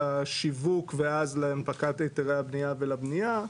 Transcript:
לשיווק ואז להנפקת היתרי הבנייה ולבנייה.